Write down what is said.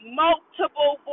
multiple